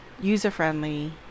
user-friendly